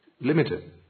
limited